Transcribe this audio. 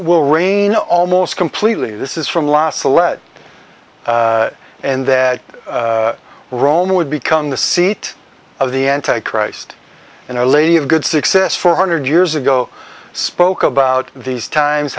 will rain almost completely this is from lhasa lead and that we're rome would become the seat of the anti christ and our lady of good success four hundred years ago spoke about these times